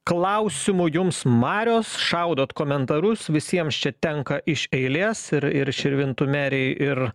klausimų jums marios šaudot komentarus visiems čia tenka iš eilės ir ir širvintų merei ir